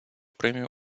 премію